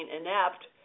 inept